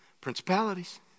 Principalities